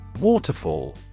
Waterfall